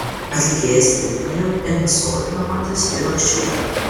atlikėjas tvirtina jog nso yra matęs ir anksčiau